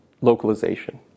Localization